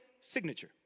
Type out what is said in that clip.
signature